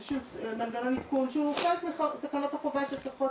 מנגנון עדכון שהוא חלק מתקנות החובה שצריכות